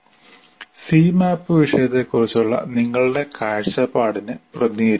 Cmap വിഷയത്തെക്കുറിച്ചുള്ള നിങ്ങളുടെ കാഴ്ചപ്പാടിനെ പ്രതിനിധീകരിക്കുന്നു